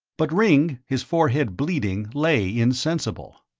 but ringg, his forehead bleeding, lay insensible.